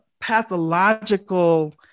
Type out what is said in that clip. pathological